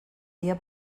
dia